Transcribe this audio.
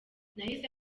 nahise